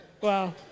Wow